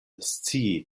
scii